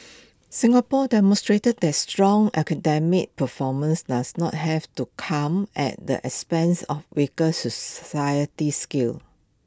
Singapore demonstrates that strong academic performance does not have to come at the expense of weaker society skills